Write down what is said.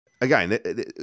again